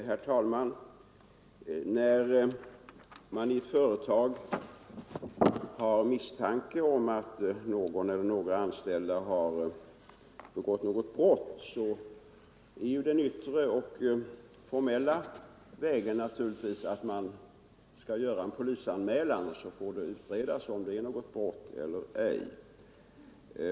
Herr talman! När man i företag har misstanke om att någon eller några anställda har begått ett brott är ju den yttre och formella vägen att man skall göra en polisanmälan och sedan får det utredas om det är något brott eller ej.